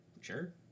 sure